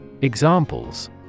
Examples